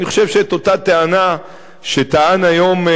אני חושב שאת אותה טענה שטענת היום,